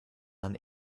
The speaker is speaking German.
man